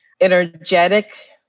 energetic